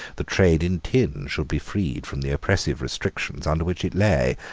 the trade in tin should be freed from the oppressive restrictions under which it lay.